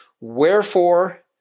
Wherefore